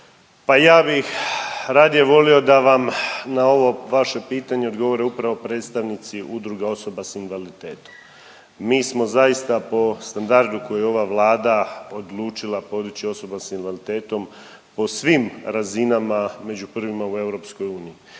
Pa ja bih radije volio da vam na ovo vaše pitanje odgovore upravo predstavnici udruga osoba s invaliditetom. Mi smo zaista po standardu koji je ova Vlada odlučila podići osobama s invaliditetom po svim razinama među prvima u EU.